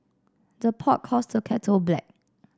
the pot calls the kettle black